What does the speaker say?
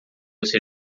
você